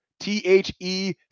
T-H-E